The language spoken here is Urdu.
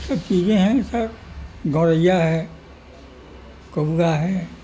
سب چیزیں ہیں سر گوریا ہے کوا ہے